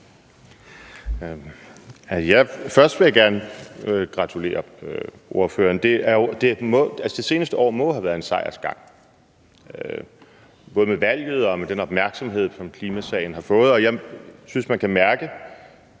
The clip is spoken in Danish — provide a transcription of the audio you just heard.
Først vil jeg gerne gratulere ordføreren. Det seneste år må have været en sejrsgang, både med valget og med den opmærksomhed, som klimasagen har fået. Og jeg synes, man kan mærke